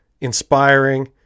inspiring